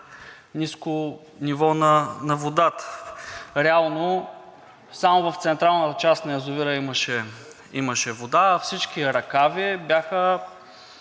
ниско ниво на водата. Реално само в централната част на язовира имаше вода. Всички ръкави бяха